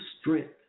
strength